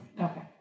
Okay